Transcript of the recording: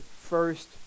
first